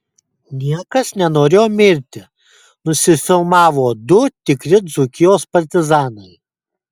niekas nenorėjo mirti nusifilmavo du tikri dzūkijos partizanai